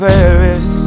Paris